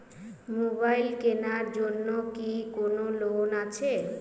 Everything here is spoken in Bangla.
মোবাইল কেনার জন্য কি কোন লোন আছে?